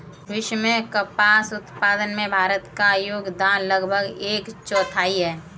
विश्व के कपास उत्पादन में भारत का योगदान लगभग एक चौथाई है